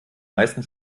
meisten